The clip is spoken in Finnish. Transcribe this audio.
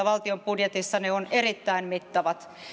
valtion budjetissa ovat erittäin mittavat